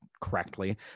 correctly